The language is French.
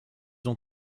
ont